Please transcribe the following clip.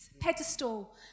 pedestal